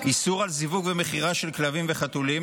איסור על זיווג ומכירה של כלבים וחתולים,